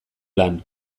lan